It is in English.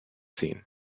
scene